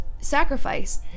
sacrifice